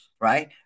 right